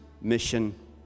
mission